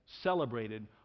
celebrated